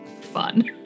fun